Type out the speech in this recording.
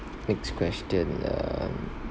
next question um